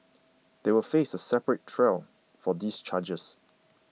they will face a separate trial for these charges